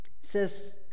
says